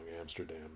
Amsterdam